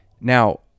Now